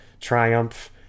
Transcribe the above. Triumph